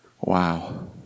Wow